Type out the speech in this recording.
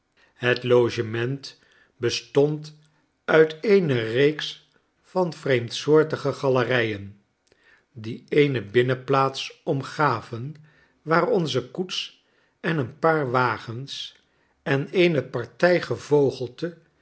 het logement bestond uit eene reeks van vreemdsoortige galerijen die eene binnenplaats omgaven waar onze koets en een paar wagens en eene partij gevogelte